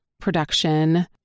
production